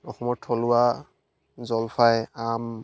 অসমত থলুৱা জলফাই আম